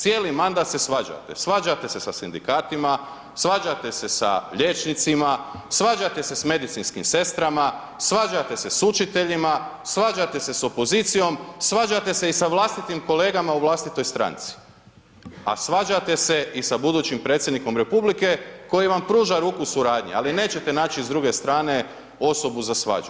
Cijeli mandat se svađate, svađate se sa sindikatima, svađate se sa liječnicima, svađate se sa medicinskim sestrama, svađate se s učiteljima, svađate se s opozicijom, svađate se i s vlastitim kolega u vlastitoj stranci, a svađate se i sa budućim predsjednikom Republike koji vam pruža ruku suradnje, ali nećete naći s druge strane osobu za svađu.